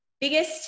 biggest